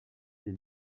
les